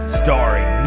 starring